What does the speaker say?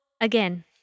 again